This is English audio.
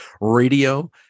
radio